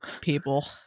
people